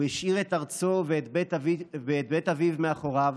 הוא השאיר את ארצו ואת בית אביו מאחוריו